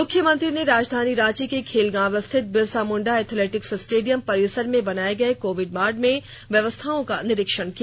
मुख्यमंत्री ने राजधानी रांची के खेलगांव स्थित बिरसा मुंडा एथलेटिक्स स्टेडियम परिसर में बनाए गए कोविड वार्ड में गई व्यवस्थाओं का निरीक्षण किया